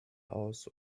aus